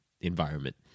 environment